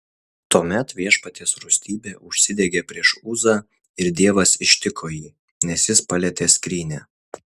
tuomet viešpaties rūstybė užsidegė prieš uzą ir dievas ištiko jį nes jis palietė skrynią